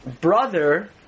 brother